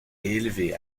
élevé